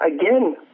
Again